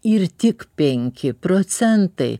ir tik penki procentai